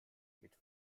mit